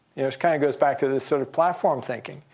which kind of goes back to this sort of platform thinking.